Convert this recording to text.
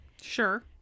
Sure